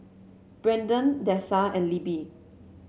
Brendan Dessa and Libby